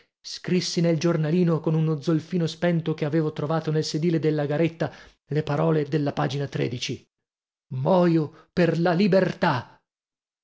scrissi nel giornalino con uno zolfino spento che avevo trovato nel sedile della garetta le parole della pagina oio per la libertà